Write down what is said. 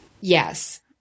Yes